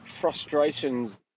frustrations